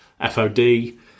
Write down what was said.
FOD